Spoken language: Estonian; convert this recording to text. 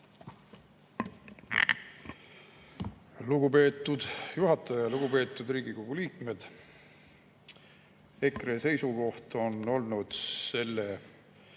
Lugupeetud juhataja! Lugupeetud Riigikogu liikmed! EKRE seisukoht on olnud selle